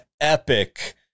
epic